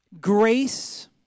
Grace